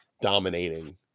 dominating